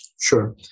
Sure